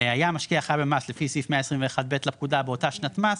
היה המשקיע חייב במס לפי סעיף 121ב לפקודה באותה שנת מס,